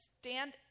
stand